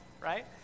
right